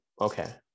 Okay